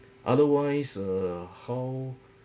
otherwise err how